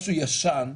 משהו ישן,